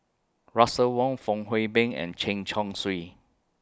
Russel Wong Fong Hoe Beng and Chen Chong Swee